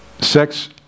Sex